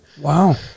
Wow